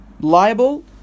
liable